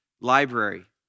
Library